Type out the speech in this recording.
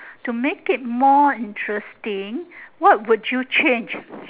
to make it more interesting what would you change